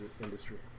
industry